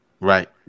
Right